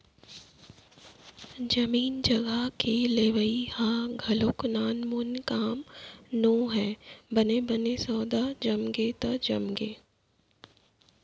जमीन जघा के लेवई ह घलोक नानमून काम नोहय बने बने सौदा जमगे त जमगे